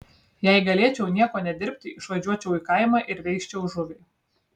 jei galėčiau nieko nedirbti išvažiuočiau į kaimą ir veisčiau žuvį